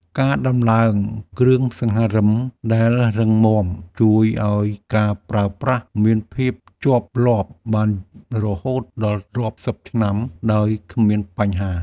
ការដំឡើងគ្រឿងសង្ហារិមដែលរឹងមាំជួយឱ្យការប្រើប្រាស់មានភាពជាប់លាប់បានរហូតដល់រាប់សិបឆ្នាំដោយគ្មានបញ្ហា។